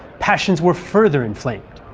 passions were further inflamed.